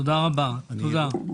תודה רבה, תודה.